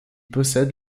possèdent